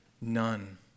none